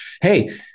hey